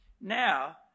Now